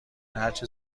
هرچه